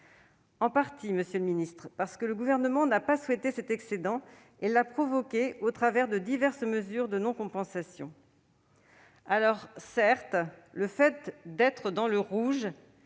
en partie, monsieur le ministre, parce que le Gouvernement n'a pas souhaité cet excédent et l'a assumé au travers de diverses mesures de non-compensation. Certes, être dans le rouge,